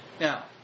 Now